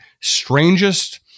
strangest